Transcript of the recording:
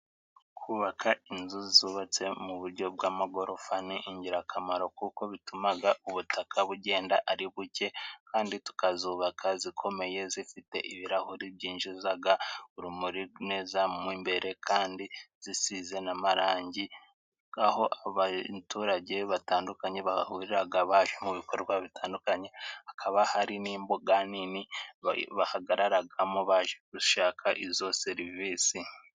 Kubaka inzu zubatse mu buryo bw'amagorofa ni ingirakamaro, kuko bitumaga ubutaka bugenda ari buke kandi tukazubaka zikomeye, zifite ibirahuri byinjizaga urumuri neza mu imbere, kandi zisize n'amarangi, aho abaturage batandukanye bahahuriraga baje mu bikorwa bitandukanye. Hakaba hari n'imbuga nini bahi bahagararagamo baje gushaka izo serivisi.